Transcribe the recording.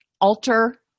alter